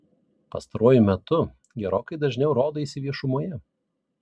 pastaruoju metu gerokai dažniau rodaisi viešumoje